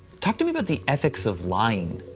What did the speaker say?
talk to me about the ethics of lying.